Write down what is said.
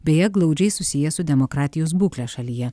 beje glaudžiai susijęs su demokratijos būkle šalyje